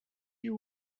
you